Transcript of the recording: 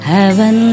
Heaven